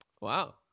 Wow